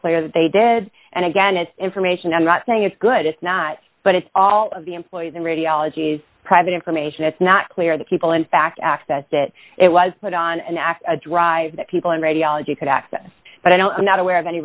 clear that they did and again it's information i'm not saying it's good it's not but it's all of the employees in radiology is private information it's not clear the people in fact accessed it it was put on an act a drive that people in radiology could access but i don't i'm not aware of any